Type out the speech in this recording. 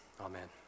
Amen